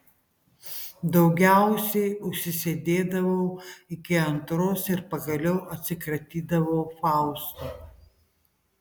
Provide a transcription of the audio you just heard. daugiausiai užsisėdėdavau iki antros ir pagaliau atsikratydavau fausto